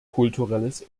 kulturelles